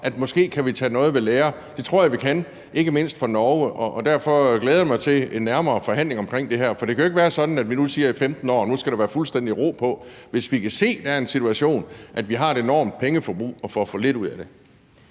vi måske kan tage ved lære af dem, det tror jeg vi kan, og ikke mindst af Norge. Derfor glæder jeg mig til en nærmere forhandling omkring det her. For det kan jo ikke være sådan, at vi siger, at nu skal der være fuldstændig ro på i 15 år, hvis vi kan se, at der er en situation med, at vi har et enormt pengeforbrug og får for lidt ud af det.